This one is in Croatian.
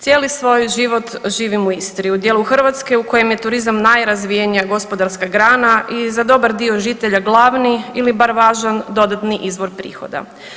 Cijeli svoj život živim u Istri, u dijelu Hrvatske u kojem je turizam najrazvijenija gospodarska grana i za dobar dio žitelja glavni ili bar važan dodatni izvor prihoda.